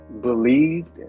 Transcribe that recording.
believed